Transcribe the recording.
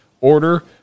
order